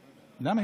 למה?